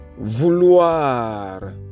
vouloir